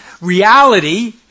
reality